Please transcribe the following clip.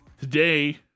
today